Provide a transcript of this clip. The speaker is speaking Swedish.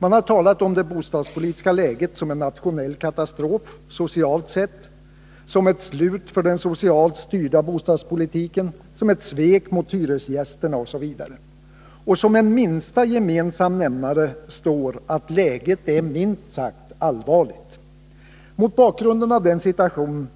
Man har talat om det bostadspolitiska läget som en nationell katastrof socialt sett, som ett slut för den socialt styrda bostadspolitiken, som ett svek mot hyresgästerna osv. Som en minsta gemensam nämnare står konstaterandet att läget är minst sagt allvarligt. Mot bakgrunden av den situation